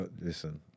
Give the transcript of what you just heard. Listen